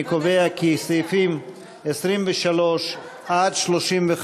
אני קובע כי סעיפים 23 35,